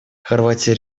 хорватия